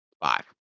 Five